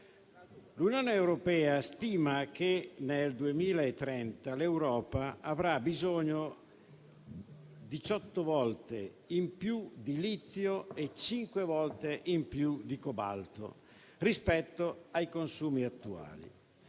L'Unione europea stima che nel 2030 l'Europa avrà bisogno diciotto volte in più di litio e cinque volte in più di cobalto rispetto ai consumi attuali,